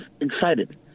excited